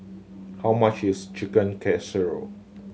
how much is Chicken Casserole